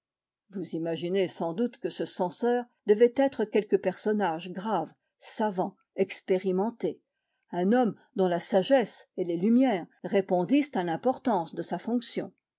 vous imaginez sans doute que ce censeur devait être quelque personnage grave savant expérimenté un homme dont la sagesse et les lumières répondissent à l'importance de sa fonction